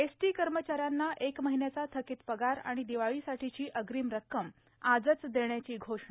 ST कर्मचाऱ्यांना एक महिन्याचा थकीत पगार आणि दिवाळीसाठीची अग्रिम रक्कम आजच देण्याची घोषणा